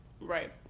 right